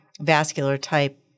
vascular-type